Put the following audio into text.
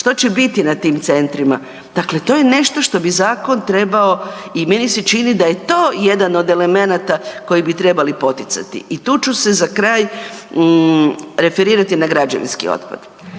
što će biti na tim centrima? Dakle, to je nešto što bi zakon trebao i meni se čini da je to jedan od elemenata koje bi trebali poticati. I tu ću se za kraj referirati na građevinski otpad.